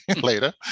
later